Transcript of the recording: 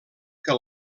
que